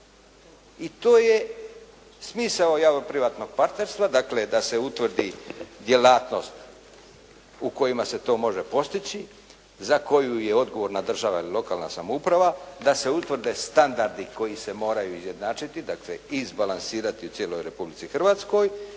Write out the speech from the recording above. I to je smisao javno-privatnog partnerstva, dakle da se utvrdi djelatnost u kojima se to može postići, za koju je odgovorna država ili lokalna samouprava, da se utvrde standardi koji se moraju izjednačiti, dakle izbalansirati u cijeloj Republici Hrvatskoj